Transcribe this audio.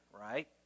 right